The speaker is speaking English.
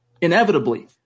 inevitably